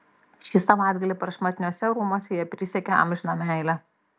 šį savaitgalį prašmatniuose rūmuose jie prisiekė amžiną meilę